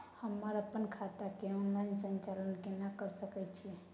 हम अपन खाता के ऑनलाइन संचालन केना के सकै छी?